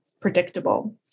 Predictable